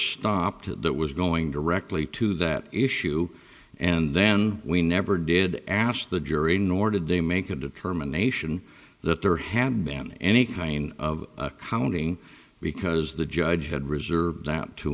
stopped that was going directly to that issue and then we never did asked the jury nor did they make a determination that their hand than any kind of hounding because the judge had reserved that to